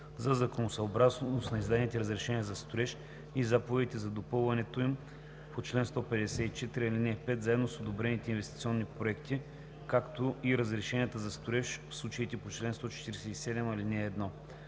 за законосъобразност на издадените разрешения за строеж и заповедите за допълването им по чл. 154, ал. 5 заедно с одобрените инвестиционни проекти, както и разрешенията за строеж в случаите по чл. 147, ал. 1.“